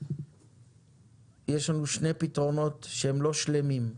יש לנו שני פתרונות לא שלמים: